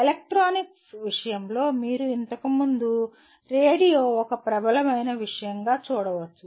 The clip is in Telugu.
ఎలక్ట్రానిక్స్ విషయంలో మీరు ఇంతకు ముందు రేడియో ఒక ప్రబలమైన విషయం చూడవచ్చు